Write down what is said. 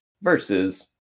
versus